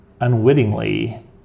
unwittingly